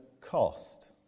cost